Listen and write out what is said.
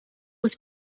was